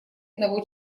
одного